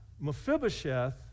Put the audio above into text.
Mephibosheth